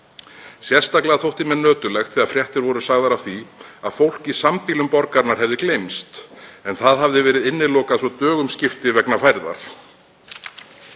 Sérstaklega þótti mér nöturlegt þegar fréttir voru sagðar af því að fólk í sambýlum borgarinnar hefði gleymst en það hafði verið innilokað svo dögum skipti vegna færðar.